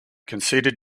conceded